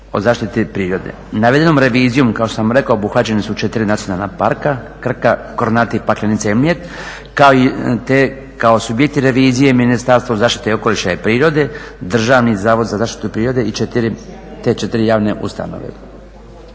o zaštiti prirode. Navedenom revizijom, kao što sam rekao, obuhvaćena su 4 nacionalna parka, Krka, Kornati, Paklenica i Mljet, kao … revizije Ministarstvo zaštite okoliša i prirode, Državni zavod za zaštitu prirode i te 4 javne ustanove.